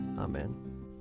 Amen